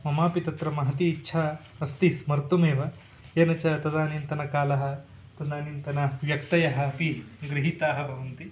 ममापि तत्र महती इच्छा अस्ति स्मर्तुमेव येन च तदानीन्तनकालः तदानीन्तनव्यक्तयः अपि गृहीताः भवन्ति